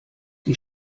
die